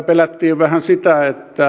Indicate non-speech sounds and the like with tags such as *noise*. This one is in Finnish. *unintelligible* pelättiin vähän sitä että